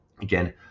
again